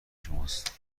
شماست